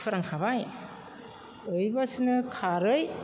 फोरानखाबाय ओइबासेनो खारै